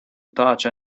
attach